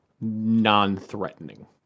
non-threatening